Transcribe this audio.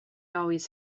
always